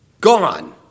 Gone